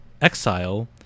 exile